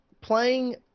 Playing